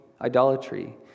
idolatry